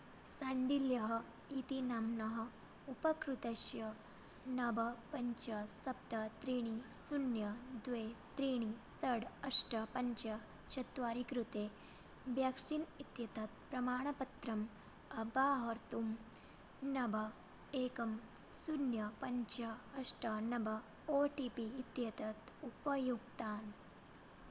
शाण्डिल्यः इति नाम्नः उपकृतस्य नव पञ्च सप्त त्रीणि शून्यं द्वे त्रीणि षड् अष्ट पञ्च चत्वारि कृते ब्याक्सीन् इत्येतत् प्रमाणपत्रम् अवाहर्तुं नव एकं शून्यं पञ्च अष्ट नव ओ टि पि इत्येतत् उपयुङ्क्तात्